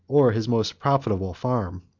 or his most profitable farm.